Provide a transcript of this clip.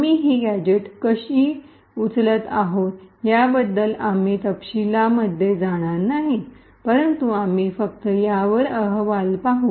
आम्ही ही गॅझेट्स कशी उचलत आहोत याबद्दल आम्ही तपशिलांमध्ये जाणार नाही परंतु आम्ही फक्त यावरील अहवाल पाहू